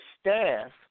staff